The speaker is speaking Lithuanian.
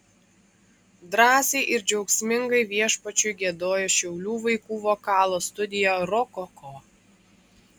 drąsiai ir džiaugsmingai viešpačiui giedojo šiaulių vaikų vokalo studija rokoko